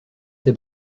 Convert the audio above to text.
ses